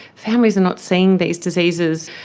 families are not seeing these diseases,